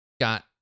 got